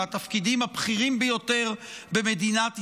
מהתפקידים הבכירים ביותר במדינת ישראל,